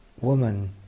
woman